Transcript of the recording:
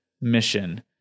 mission